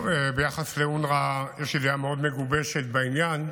טוב, ביחס לאונר"א יש לי דעה מאוד מגובשת בעניין,